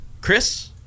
Chris